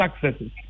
successes